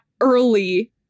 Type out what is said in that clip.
early